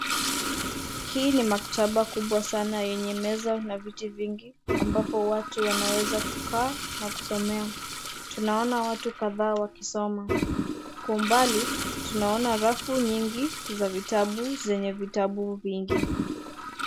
Hii ni maktaba kubwa sana yenye meza na viti vingi, ambapo watu wanaweza kukaa na kusomea. Tunaona watu kadhaa wakisoma. Kwa umbali, tunaona rafu nyingi za vitabu, zenye vitabu vingi.